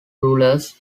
rulers